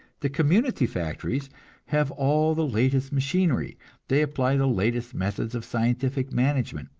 the community factories have all the latest machinery they apply the latest methods of scientific management,